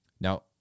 Now